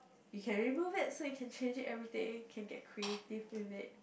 you can remove it so you can change it everything and can get creative with it